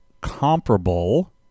comparable